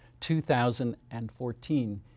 2014